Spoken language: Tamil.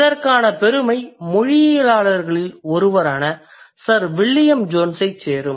இதற்கான பெருமை மொழியியலாளர்களில் ஒருவரான சர் வில்லியம் ஜோன்ஸ் ஐச் சேரும்